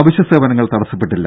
അവശ്യ സേവനങ്ങൾ തടസപ്പെട്ടില്ല